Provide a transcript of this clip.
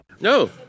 No